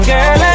Girl